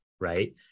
right